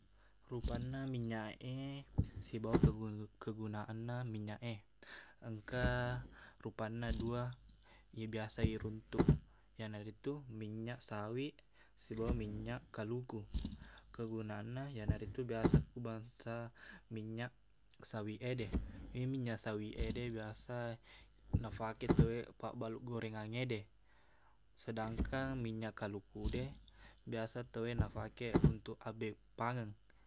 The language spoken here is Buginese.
Rupanna minyak e sibawa kegu- kegunaanna minyak e engka rupanna dua iye biasa iruntuk iyanaritu minyak sawiq sibawa minyak kaluku kegunaanna iyanaritu biasa ku bangsa minyak sawiq ede iye minyak sawiq ede biasa nafake tauwe pabbalu gorenganngede sedangkang minyak kaluku de biasa tauwe nafake untuk abbeppangeng